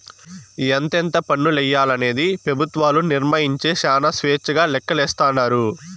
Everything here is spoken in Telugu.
ఎంతెంత పన్నులెయ్యాలనేది పెబుత్వాలు నిర్మయించే శానా స్వేచ్చగా లెక్కలేస్తాండారు